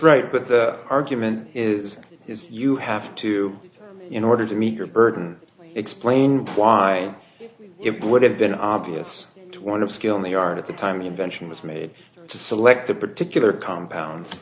right but the argument is is you have to in order to meet your burden explain why it would have been obvious to one of skill in the art at the time the invention was made to select the particular compounds